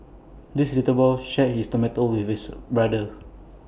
this little boy shared his tomato with his brother